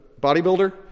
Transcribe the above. bodybuilder